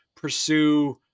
pursue